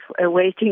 awaiting